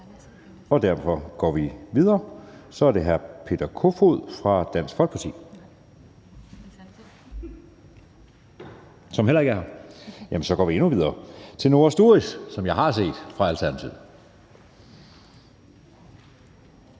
Og derfor går vi videre til hr. Peter Kofod fra Dansk Folkeparti – som heller ikke er her. Jamen så går vi videre til hr. Noah Sturis, som jeg har set, fra Alternativet.